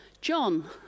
John